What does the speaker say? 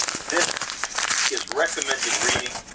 this is recommended reading.